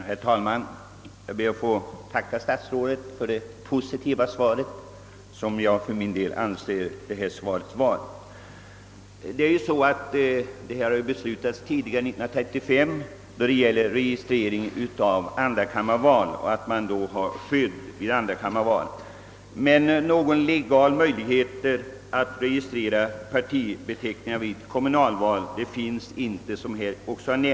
Herr talman! Enligt beslut av 1935 års riksdag har man vid andrakammarval skydd för partibeteckningar. Men någon möjlighet att registrera partibeteckningar vid kommunalval finns inte, vilket också framgår av statsrådets svar.